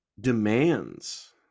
demands